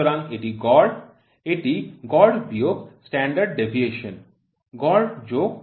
সুতরাং এটি গড় এটি গড় বিয়োগ standard deviation গড় যোগ standard deviation